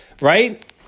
right